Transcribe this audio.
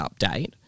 update